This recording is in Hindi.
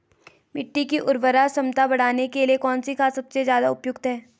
मिट्टी की उर्वरा क्षमता बढ़ाने के लिए कौन सी खाद सबसे ज़्यादा उपयुक्त है?